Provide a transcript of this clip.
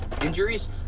injuries